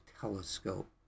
telescope